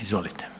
Izvolite.